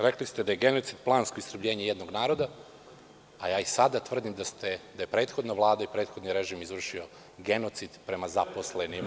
Rekli ste da je genocid plansko istrebljenje jednog naroda, a ja i sada tvrdim da je prethodna Vlada i prethodni režim izvršio genocid prema zaposlenima.